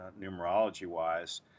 numerology-wise